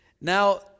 Now